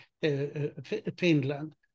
Finland